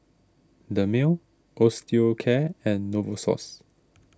Dermale Osteocare and Novosource